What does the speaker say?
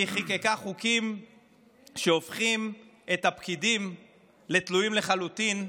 היא חוקקה חוקים שהופכים את הפקידים לתלויים לחלוטין בממשל.